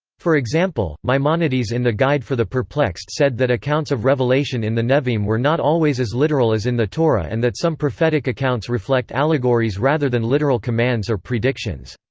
for example, maimonides in the guide for the perplexed said that accounts of revelation in the nevi'im were not always as literal as in the torah and that some prophetic accounts reflect allegories rather than literal commands or predictions.